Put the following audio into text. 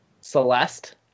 Celeste